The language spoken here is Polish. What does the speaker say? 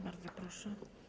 Bardzo proszę.